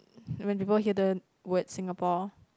when people hear the word Singapore